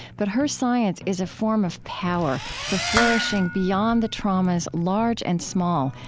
but her science is a form of power for flourishing beyond the traumas, large and small,